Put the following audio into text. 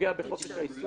שפוגע בחופש העיסוק